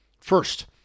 First